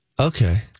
Okay